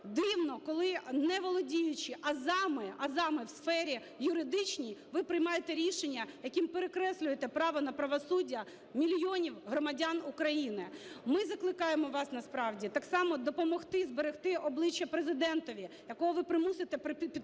дивно, коли, не володіючи азами, азами в сфері юридичній, ви приймаєте рішення, яким перекреслюєте право на правосуддя мільйонів громадян України. Ми закликаємо вас, насправді так само допомогти зберегти обличчя Президентові, якого ви примусите підписати